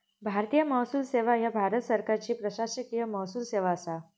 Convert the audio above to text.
भारतीय महसूल सेवा ह्या भारत सरकारची प्रशासकीय महसूल सेवा असा